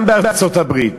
גם בארצות-הברית.